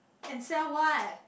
and sell what